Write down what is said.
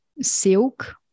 silk